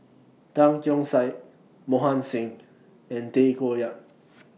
Tan Keong Saik Mohan Singh and Tay Koh Yat